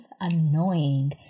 annoying